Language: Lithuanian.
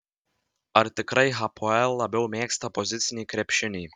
ar tikrai hapoel labiau mėgsta pozicinį krepšinį